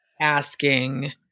asking